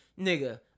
nigga